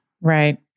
Right